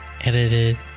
edited